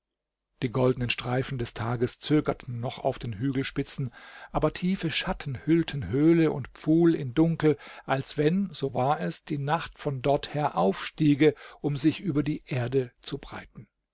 die goldnen streifen des tages zögerten noch auf den hügelspitzen aber tiefe schatten hüllten höhle und pfuhl in dunkel als wenn so war es die nacht von dorther aufstiege um sich über die erde zu breiten